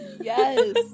Yes